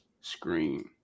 screen